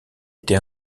été